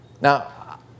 Now